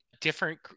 different